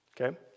Okay